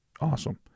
awesome